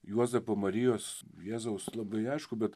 juozapo marijos jėzaus labai aišku bet